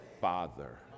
Father